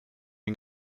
den